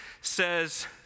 says